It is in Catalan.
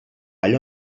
allò